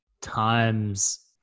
times